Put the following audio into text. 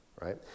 right